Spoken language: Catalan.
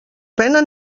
pena